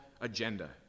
agenda